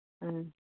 ꯎꯝ